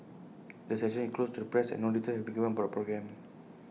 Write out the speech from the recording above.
the session is closed to the press and no details have been given about programme